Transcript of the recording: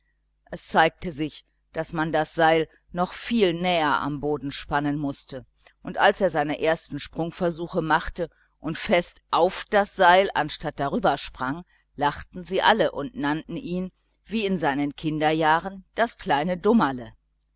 es zeigte sich daß man das seil noch viel näher am boden spannen mußte und als er seine ersten sprungversuche machte und fest auf das seil anstatt darüber sprang lachten sie alle und nannten ihn wie in seinen früheren kinderjahren das kleine